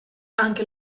anche